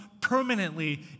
permanently